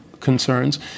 concerns